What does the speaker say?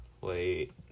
Wait